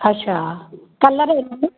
अच्छा कलर हिन में